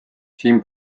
siin